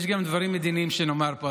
יש גם דברים מדיניים שנאמר פה,